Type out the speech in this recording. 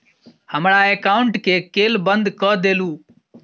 हमरा एकाउंट केँ केल बंद कऽ देलु?